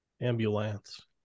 ambulance